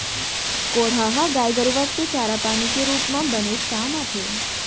कोंढ़ा ह गाय गरूआ के चारा पानी के रूप म बनेच काम आथे